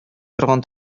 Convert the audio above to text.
торган